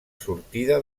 sortida